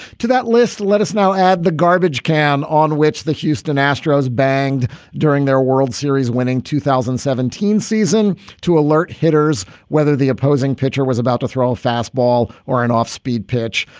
to that list, let us now add the garbage can on which the houston astros banged during their world series winning two thousand and seventeen season to alert hitters whether the opposing pitcher was about to throw a fastball or an off speed pitch.